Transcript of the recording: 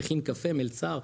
מכין קפה, מלצר.